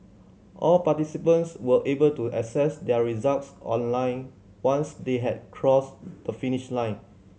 all participants were able to access their results online once they had crossed the finish line